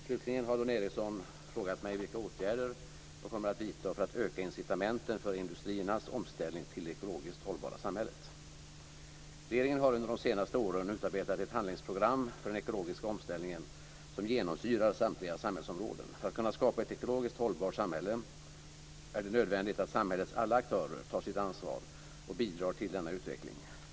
Slutligen har Dan Ericsson frågat mig vilka åtgärder jag kommer att vidta för att öka incitamenten för industriernas omställning till det ekologiskt hållbara samhället. Regeringen har under de senaste åren utarbetat ett handlingsprogram för den ekologiska omställningen som genomsyrar samtliga samhällsområden. För att vi ska kunna skapa ett ekologiskt hållbart samhälle är det nödvändigt att samhällets alla aktörer tar sitt ansvar och bidrar till denna utveckling.